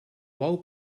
bou